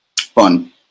fun